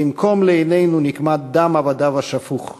וינקום לעינינו נקמת דם עבדיו השפוך.